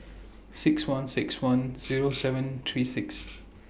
six one six one Zero seven three six